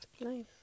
Nice